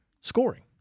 scoring